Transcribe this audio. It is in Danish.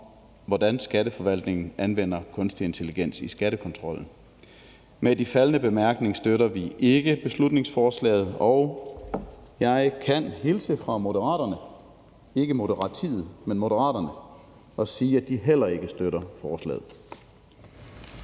hvordan Skatteforvaltningen anvender kunstig intelligens i skattekontrollen. Med de faldne bemærkninger støtter vi ikke beslutningsforslaget. Og jeg skal hilse fra Moderaterne og sige, at de heller ikke støtter forslaget.